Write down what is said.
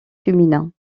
féminin